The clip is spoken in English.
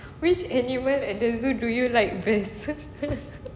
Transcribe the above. which animal at the zoo do you like best